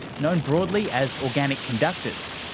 known broadly as organic conductors,